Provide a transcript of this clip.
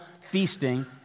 feasting